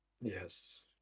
Yes